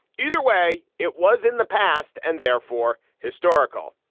either way, it was in the past and therefore historical.